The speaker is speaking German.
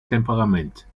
temperament